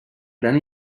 gran